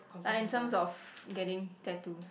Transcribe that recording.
like in terms of getting tattoos